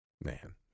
Man